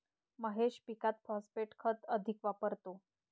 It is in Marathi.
महेश पीकात फॉस्फेट खत अधिक वापरतो